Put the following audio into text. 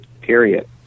period